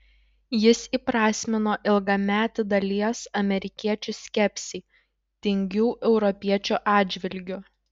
jis įprasmino ilgametį dalies amerikiečių skepsį tingių europiečių atžvilgiu